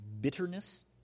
bitterness